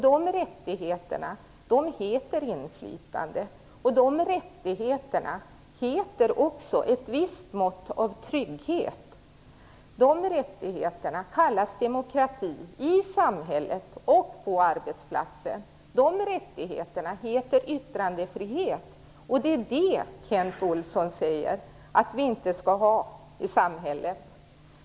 De rättigheterna heter inflytande och ett visst mått av trygghet. De rättigheterna kallas demokrati i samhället och på arbetsplatsen. De rättigheterna heter yttrandefrihet. Det är allt detta som Kent Olsson säger att vi inte skall ha i samhället.